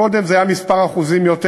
קודם זה היה כמה אחוזים יותר,